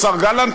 השר גלנט,